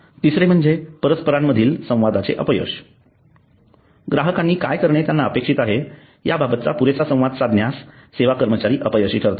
तिसरे म्हणजे परस्परांमधील संवादाचे अपयश ग्राहकांनी काय करणे त्यांना अपेक्षित आहे याबाबतचा पुरेसा संवाद साधण्यात सेवा कर्मचारी अपयशी ठरतात